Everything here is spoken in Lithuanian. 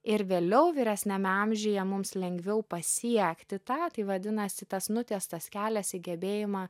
ir vėliau vyresniame amžiuje mums lengviau pasiekti tą tai vadinasi tas nutiestas kelias į gebėjimą